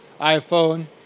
iPhone